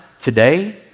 today